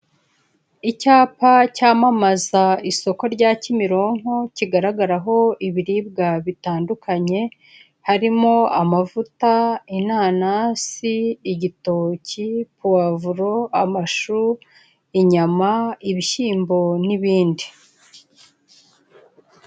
Icyapa cyamamaza isoko rya Kimironko, kigaragaraho ibiribwa bitandukanye, harimo amavuta, inanasi, igitoki, puwavuro, amashu, inyama, ibishyimbo, n'ibindi.